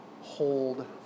hold